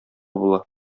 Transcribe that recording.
була